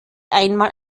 einmal